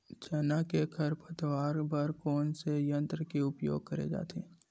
चना के खरपतवार बर कोन से यंत्र के उपयोग करे जाथे?